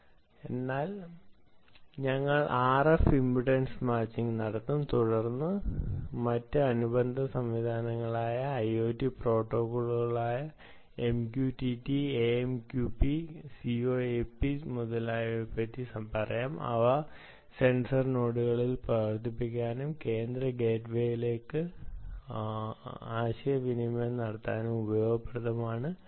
അതിനാൽ ഞങ്ങൾ RF impedance matching നടത്തും തുടർന്ന് മറ്റ് അനുബന്ധ സംവിധാനങ്ങളായ IoT പ്രോട്ടോക്കോളുകളായ MQTT AMQP COAP എന്നിവയെ പറ്റി പറയാം അവ സെൻസർ നോഡുകളിൽ പ്രവർത്തിക്കാനും കേന്ദ്ര ഗേറ്റ്വേയിലേക്ക് ആശയവിനിമയം നടത്താനും ഉപയോഗപ്രദമാണ്